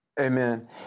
Amen